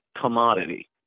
commodity